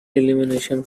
elimination